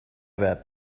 about